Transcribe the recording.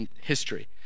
history